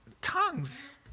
tongues